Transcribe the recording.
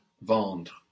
Vendre